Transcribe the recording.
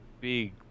big